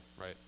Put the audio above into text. right